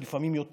זה לפעמים יותר.